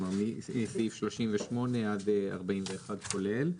כלומר מסעיף 38 עד 41 כולל.